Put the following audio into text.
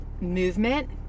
Movement